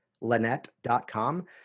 Lynette.com